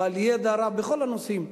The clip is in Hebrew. בעל ידע רב בכל הנושאים.